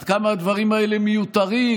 עד כמה הדברים האלה מיותרים,